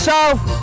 South